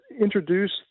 introduce